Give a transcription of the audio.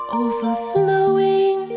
overflowing